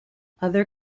other